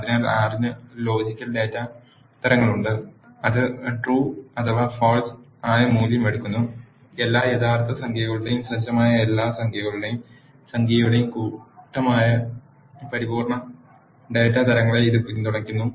അതിനാൽ R ന് logical data തരങ്ങളുണ്ട് അത് ട്രൂ അഥവാ ഫാൾസ് ആയ മൂല്യം എടുക്കുന്നു എല്ലാ യഥാർത്ഥ സംഖ്യകളുടെയും സജ്ജമായ എല്ലാ സംഖ്യകളുടെയും സംഖ്യയുടെയും കൂട്ടമായ പൂർണ്ണ ഡാറ്റ തരങ്ങളെ ഇത് പിന്തുണയ്ക്കുന്നു